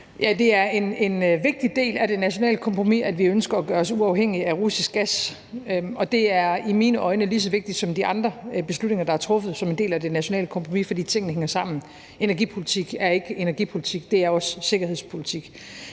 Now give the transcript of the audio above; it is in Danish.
Det er en vigtig del af det nationale kompromis, at vi ønsker at gøre os uafhængige af russisk gas, og det er i mine øjne lige så vigtigt som de andre beslutninger, der er truffet som en del af det nationale kompromis, for tingene hænger sammen. Energipolitik er ikke kun energipolitik, det er også sikkerhedspolitik.